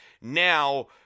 now